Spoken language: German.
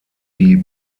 die